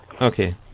Okay